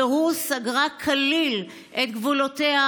פרו סגרה כליל את גבולותיה,